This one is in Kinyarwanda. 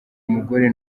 umugore